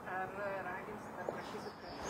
ar raginsit ar prašysit kad